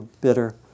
bitter